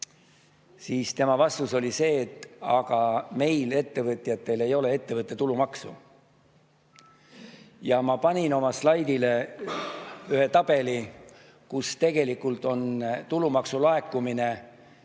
siis tema vastus oli see, et aga meie ettevõtjatel ei ole ettevõtte tulumaksu. Ma panin oma slaidile ühe tabeli, kus on tulumaksu laekumine